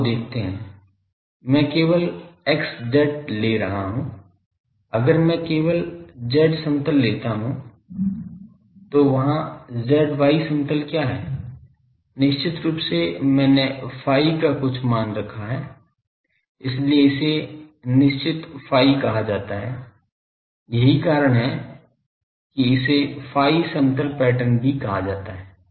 आओ देखते हैं मैं केवल z y ले रहा हूँ अगर मैं केवल z समतल लेता हूँ तो वहाँ z y समतल क्या है निश्चित रूप से मैंने phi का कुछ मान रखा है इसलिए इसे निश्चित phi कहा जाता है यही कारण है कि इसे phi समतल पैटर्न भी कहा जाता है